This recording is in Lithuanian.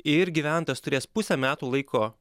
ir gyventojas turės pusę metų laiko